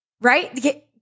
Right